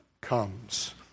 comes